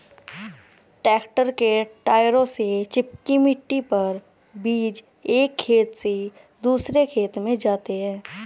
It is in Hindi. ट्रैक्टर के टायरों से चिपकी मिट्टी पर बीज एक खेत से दूसरे खेत में जाते है